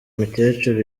mukecuru